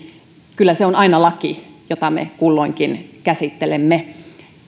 kyllä se on aina laki jota me kulloinkin käsittelemme